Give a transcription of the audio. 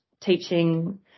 teaching